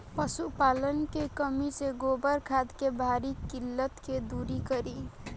पशुपालन मे कमी से गोबर खाद के भारी किल्लत के दुरी करी?